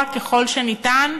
שכר מינימום גבוה ככל שניתן,